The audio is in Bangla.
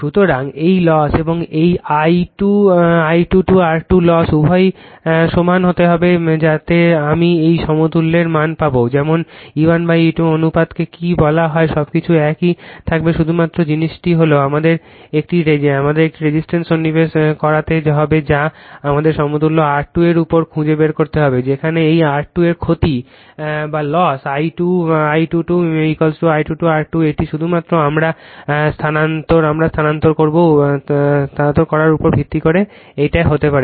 সুতরাং এই লস এবং এই I2 2 R2 লস উভয়কেই সমান হতে হবে যাতে আমি এর সমতুল্যের মান পাব যেমন E1 E2 অনুপাতকে কী বলা হয় সবকিছু একই থাকবে শুধুমাত্র জিনিসটি হল আমাদের একটি রেজিস্ট্যান্স সন্নিবেশ করাতে হবে যা আমাদের সমতুল্য R2 এর উপর খুঁজে বের করতে হবে যেখানে এই R2 এর ক্ষতি I2 2 I2 2 R2 এটি শুধুমাত্র আমরা স্থানান্তর করার উপর ভিত্তি করে একই হতে হবে